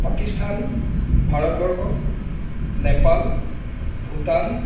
Pakistan Bharatvarsh Nepal Bhutan